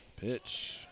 Pitch